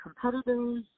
competitors